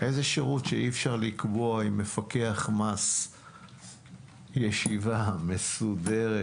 איזה שירות שאי אפשר לקבוע עם מפקח מס ישיבה מסודרת?